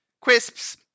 Crisps